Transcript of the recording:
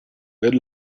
good